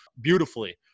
beautifully